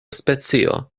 specio